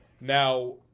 now